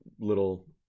little